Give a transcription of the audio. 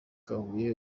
huye